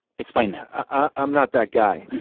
explain that i'm not that guy.